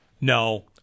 No